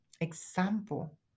example